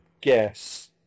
guess